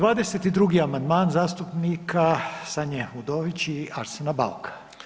22. amandman zastupnika Sanje Udović i Arsena Bauka.